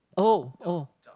oh oh